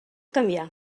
canviar